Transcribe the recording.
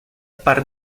par